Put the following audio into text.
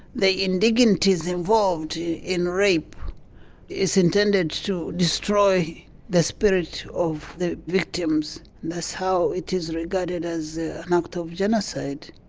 the indignities involved in rape is intended to destroy the spirit of the victims, that's how it is regarded as an act of genocide.